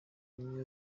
mourinho